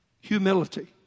humility